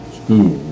school